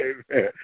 Amen